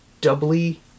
doubly